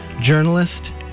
journalist